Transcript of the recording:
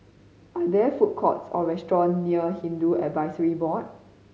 are there food courts or restaurant near Hindu Advisory Board